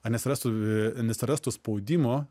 ar nesirastų neatsirastų spaudimo